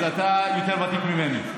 אז אתה יותר ותיק ממני,